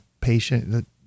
patient